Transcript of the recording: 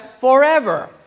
forever